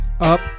up